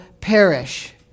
perish